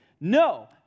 No